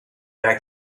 era